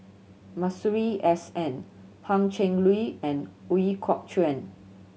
Masuri S N Pan Cheng Lui and Ooi Kok Chuen